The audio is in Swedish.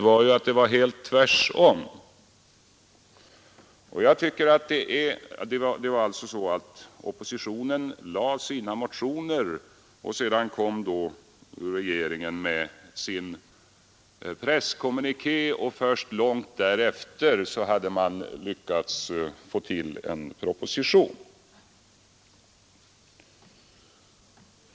Oppositionen väckte alltså sina motioner. Sedan utfärdade regeringen sin presskommuniké, och först långt därefter hade man lyckats få till en proposition.